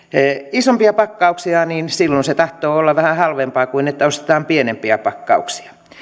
isompia pakkauksia niin silloin se tahtoo olla vähän halvempaa kuin jos ostetaan pienempiä pakkauksia